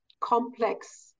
complex